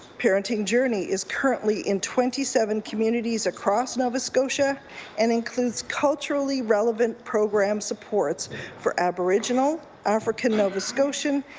parenting journey is currently in twenty seven communities across nova scotia and includes culturally relevant program supports for aboriginal, african nova scotian,